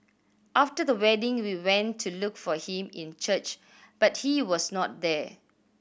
after the wedding we went to look for him in church but he was not there